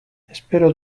espero